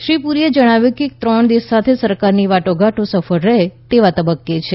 શ્રી પુરીએ જણાવ્યું કે ત્રણ દેશો સાથે સરકારની વાટાઘાટો સફળ રહે તેવા તબક્રે છે